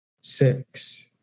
six